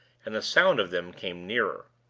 and the sound of them came nearer.